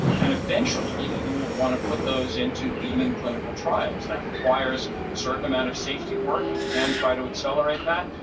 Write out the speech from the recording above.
and eventually, you will want to put those into human clinical trials. that requires a certain amount of safety work. you can try to accelerate that.